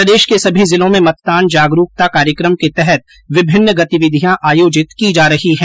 प्रदेश के सभी जिलों में मतदान जागरूकता कार्यक्रम के तहत विभिन्न गतिविधियां आयोजित की जा रही हैं